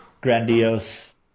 grandiose